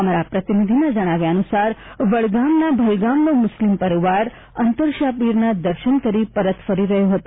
અમારા પ્રતિનિધિના જણાવ્યા અનુસાર વડગામના ભલગામનો મુસ્લિમ પરિવાર અંતરશાહ પીરના દર્શન કરી પરત ફરી રહ્યો હતો